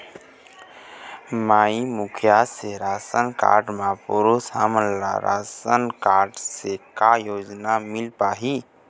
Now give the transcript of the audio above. माई मुखिया के ration card म पुरुष हमन ला रासनकारड से का योजना मिल पाही का?